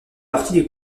partie